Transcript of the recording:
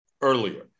earlier